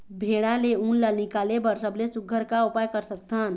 भेड़ा ले उन ला निकाले बर सबले सुघ्घर का उपाय कर सकथन?